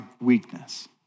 weakness